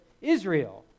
Israel